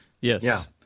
Yes